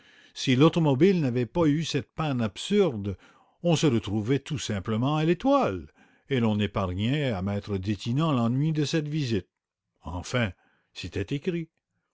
si l'automobile n'avait pas eu cette panne absurde on se retrouvait tout simplement à l'étoile et l'on épargnait à m e detinan l'ennui de cette visite enfin c'était écrit